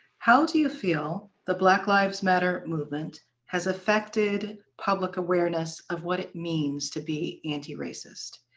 how do you feel the black lives matter movement has affected public awareness of what it means to be anti-racist?